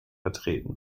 vertreten